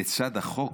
לצד החוק,